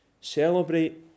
Celebrate